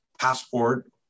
Passport